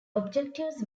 objectives